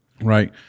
Right